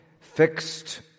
fixed